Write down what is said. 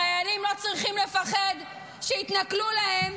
חיילים לא צריכים לפחד שיתנכלו להם,